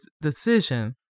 decision